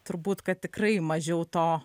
turbūt kad tikrai mažiau to